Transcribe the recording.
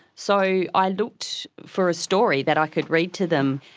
so i looked for a story that i could read to them,